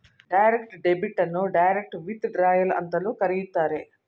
direct debit ಅನ್ನು direct withdrawal ಅಂತಲೂ ಕರೆಯುತ್ತಾರೆ